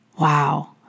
wow